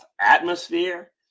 atmosphere